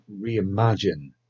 reimagine